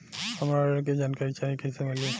हमरा ऋण के जानकारी चाही कइसे मिली?